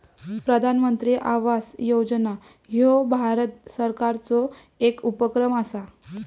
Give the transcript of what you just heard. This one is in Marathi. प्रधानमंत्री आवास योजना ह्यो भारत सरकारचो येक उपक्रम असा